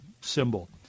symbol